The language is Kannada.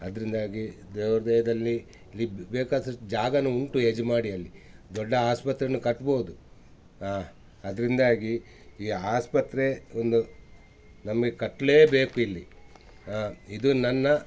ಅದರಿಂದಾಗಿ ದೇವ್ರ ದಯದಲ್ಲಿ ಇಲ್ಲಿ ಬೇಕಾದಷ್ಟು ಜಾಗಾನು ಉಂಟು ಎಜ್ಮಾಡಿಯಲ್ಲಿ ದೊಡ್ಡ ಆಸ್ಪತ್ರೆನು ಕಟ್ಬೋದು ಅದರಿಂದಾಗಿ ಈ ಆಸ್ಪತ್ರೆ ಒಂದು ನಮಗೆ ಕಟ್ಟಲೇ ಬೇಕು ಇಲ್ಲಿ ಇದು ನನ್ನ